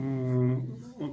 ఒక్